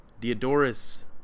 Diodorus